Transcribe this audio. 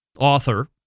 author